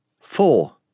Four